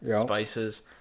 spices